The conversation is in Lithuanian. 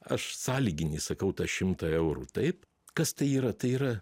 aš sąlyginį sakau tą šimtą eurų taip kas tai yra tai yra